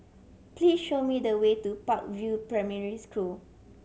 please show me the way to Park View Primary School